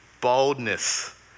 boldness